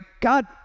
God